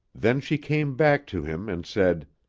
then she came back to him and said,